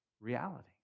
reality